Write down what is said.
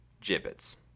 gibbets